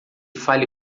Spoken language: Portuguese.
fale